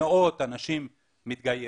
מאות אנשים מתגיירים,